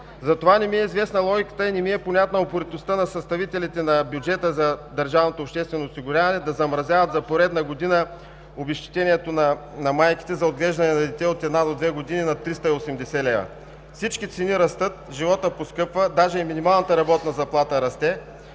Затова не ми е известна логиката и не ми е понятна упоритостта на съставителите на бюджета за държавното обществено осигуряване да замразяват за поредна година обезщетението на майките за отглеждане на дете от 1 до 2 години на 380 лв. Всички цени растат, животът поскъпва, даже и минималната работна заплата расте.